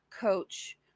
coach